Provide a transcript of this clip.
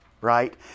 right